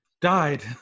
died